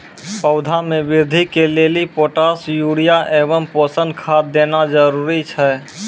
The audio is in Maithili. पौधा मे बृद्धि के लेली पोटास यूरिया एवं पोषण खाद देना जरूरी छै?